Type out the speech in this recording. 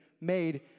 made